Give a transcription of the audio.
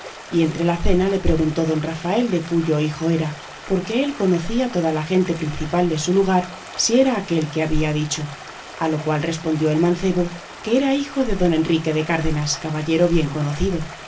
y entre la cena le preguntó don rafael que cúyo hijo era porque él conocía toda la gente principal de su lugar si era aquel que había dicho a lo cual respondió el mancebo que era hijo de don enrique de cárdenas caballero bien conocido